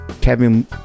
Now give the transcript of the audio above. kevin